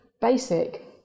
basic